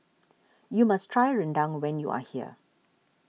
you must try Rendang when you are here